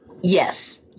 Yes